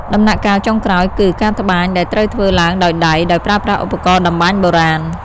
ដំណាក់កាលចុងក្រោយគឺ ការត្បាញ ដែលត្រូវធ្វើឡើងដោយដៃ ដោយប្រើប្រាស់ឧបករណ៍តម្បាញបុរាណ។